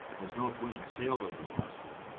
as north wind sailed over the house with him,